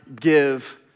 give